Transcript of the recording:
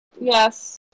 Yes